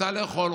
רוצה לאכול,